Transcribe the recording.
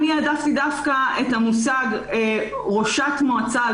אני העדפתי דווקא את המושג "ראשת מועצה"